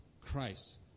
Christ